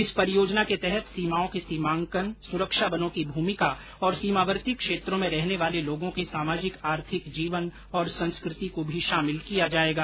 इस परियोजना के तहत सीमाओं के सीमांकन सुरक्षा बलों की भूमिका और सीमावर्ती क्षेत्रों में रहने वाले लोगों के सामाजिक आर्थिक जीवन और संस्कृति को भी शामिल किया जायेगा